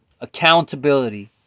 accountability